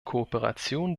kooperation